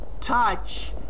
touch